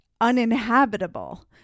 uninhabitable